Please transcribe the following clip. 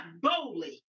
boldly